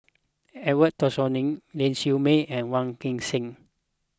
Edwin Tessensohn Ling Siew May and Wong Kan Seng